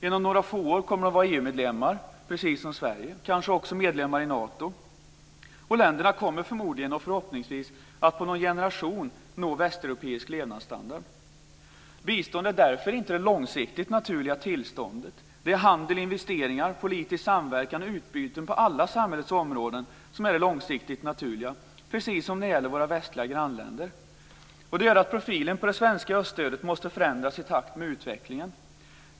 Inom några få år kommer de att vara EU-medlemmar precis som Sverige, och kanske också medlemmar i Nato. Länderna kommer förmodligen och förhoppningsvis att på någon generation nå västeuropeisk levnadsstandard. Bistånd är därför inte det långsiktigt naturliga tillståndet. Det är handel, investeringar, politisk samverkan och utbyten på alla samhällets områden som är det långsiktigt naturliga, precis som när det gäller våra västliga grannländer. Det gör att profilen på det svenska öststödet måste förändras i takt med utvecklingen.